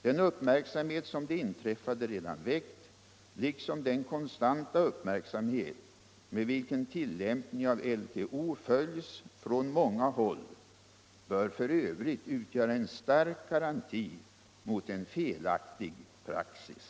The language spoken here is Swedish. Den uppmirksamhet som det inträffade redan väckt liksom den konstanta uppmärksamhet med vilken tillämpningen av LTO följs från många håll bör för övrigt utgöra en stark garanti mot en felaktig praxis.